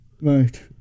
Right